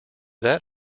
that